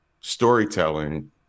storytelling